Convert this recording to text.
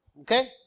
Okay